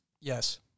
Yes